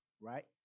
right